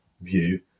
view